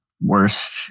Worst